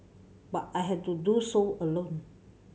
but I had to do so alone